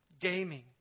Gaming